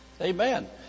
amen